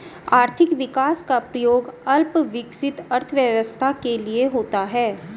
आर्थिक विकास का प्रयोग अल्प विकसित अर्थव्यवस्था के लिए होता है